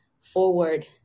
forward